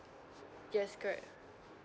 yes correct